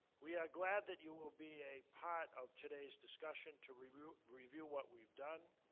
we are glad that you will be a part of today's discussion to review review what we've done,